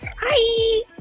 hi